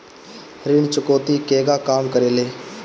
ऋण चुकौती केगा काम करेले?